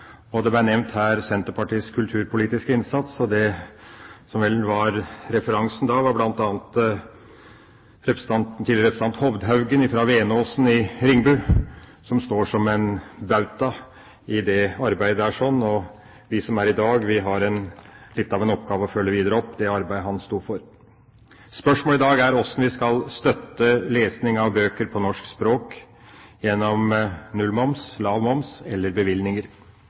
Senterpartiets kulturpolitiske innsats ble nevnt her, og referansen var bl.a. tidligere representant Hovdhaugen fra Venåsen i Ringebu. Han står som en bauta i dette arbeidet. Vi som er i dag, har litt av en oppgave med å følge opp videre det arbeidet han sto for. Spørsmålet i dag er hvordan vi skal støtte lesning av bøker på norsk språk gjennom nullmoms, lav moms eller bevilgninger.